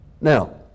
Now